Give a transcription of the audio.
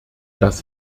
das